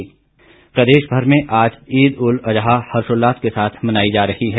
ईद प्रदेशभर में आज ईद उल अज्हा हर्षाल्लास के साथ मनाई जा रही है